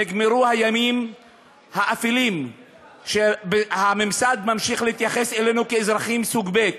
נגמרו הימים האפלים שהממסד ממשיך להתייחס אלינו כאזרחים סוג ב'